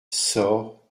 soorts